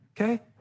Okay